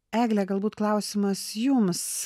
egle galbūt klausimas jums